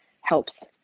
helps